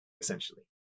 essentially